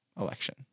election